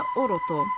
oroto